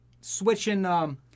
switching